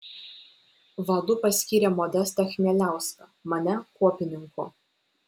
vadu paskyrė modestą chmieliauską mane kuopininku